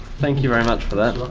thank you very much for that.